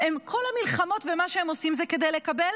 כל המלחמות ומה שהם עושים זה כדי לקבל